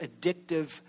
addictive